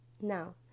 Now